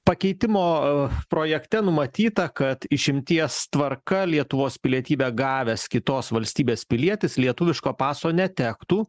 pakeitimo projekte numatyta kad išimties tvarka lietuvos pilietybę gavęs kitos valstybės pilietis lietuviško paso netektų